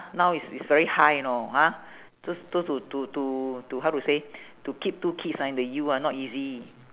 now is is very high you know ha just just to to to to how to say to keep two kids ah in the U ah not easy